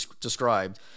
described